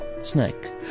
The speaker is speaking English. snake